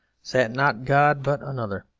sat not god, but another.